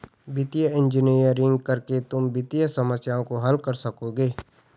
वित्तीय इंजीनियरिंग करके तुम वित्तीय समस्याओं को हल कर सकोगे